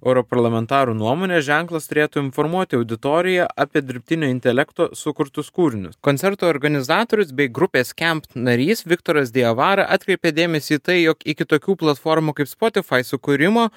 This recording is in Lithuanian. europarlamentarų nuomone ženklas turėtų informuoti auditoriją apie dirbtinio intelekto sukurtus kūrinius koncertų organizatorius bei grupės skamp narys viktoras diawara atkreipia dėmesį įtai tai jog iki tokių platformų kaip spotifai sukūrimo